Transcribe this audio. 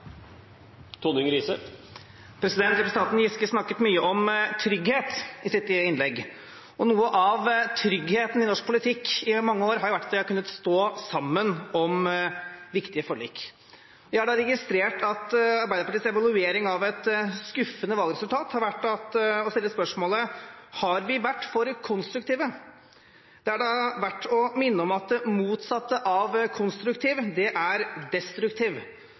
blir replikkordskifte. Representanten Giske snakket mye om trygghet i sitt innlegg, og noe av tryggheten i norsk politikk gjennom mange år er det å kunne stå sammen om viktige forlik. Jeg har registrert at Arbeiderpartiets evaluering av et skuffende valgresultat har vært å stille spørsmålet: Har vi vært for konstruktive? Det er verdt å minne om at det motsatte av konstruktiv er destruktiv.